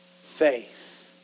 faith